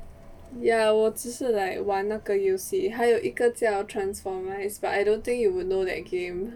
ya 我只是 like 玩那个游戏还有一个叫 transformer but I don't think you would know that game